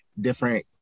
different